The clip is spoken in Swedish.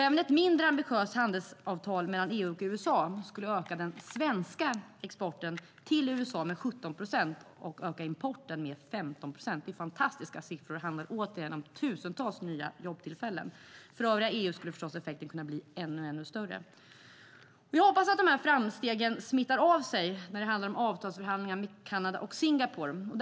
Även ett mindre ambitiöst handelsavtal mellan EU och USA skulle öka den svenska exporten till USA med 17 procent och öka importen med 15 procent. Det är fantastiska siffror. Det handlar återigen om tusentals nya jobbtillfällen. För övriga EU skulle effekten förstås kunna bli ännu större. Jag hoppas att de här framstegen smittar av sig på avtalsförhandlingarna med Kanada och Singapore.